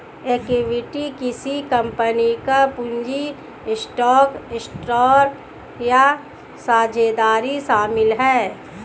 equity किसी company का पूंजी स्टॉक ट्रस्ट या साझेदारी शामिल है